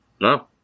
No